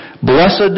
Blessed